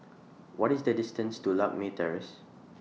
What IS The distance to Lakme Terrace